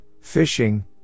fishing